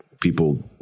people